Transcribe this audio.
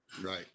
right